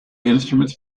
instruments